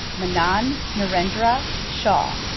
manan narendra shah